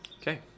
Okay